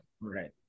Right